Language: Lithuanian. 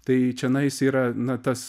tai čionais yra na tas